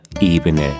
Ebene